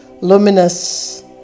luminous